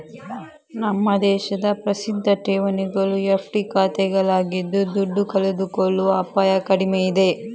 ನಮ್ಮ ದೇಶದ ಪ್ರಸಿದ್ಧ ಠೇವಣಿಗಳು ಎಫ್.ಡಿ ಖಾತೆಗಳಾಗಿದ್ದು ದುಡ್ಡು ಕಳೆದುಕೊಳ್ಳುವ ಅಪಾಯ ಕಡಿಮೆ ಇದೆ